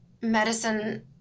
medicine